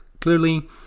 clearly